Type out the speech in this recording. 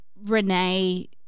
Renee